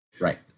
Right